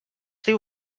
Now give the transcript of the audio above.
diu